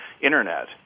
internet